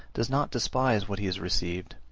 does not despise what he has received,